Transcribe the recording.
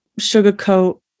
sugarcoat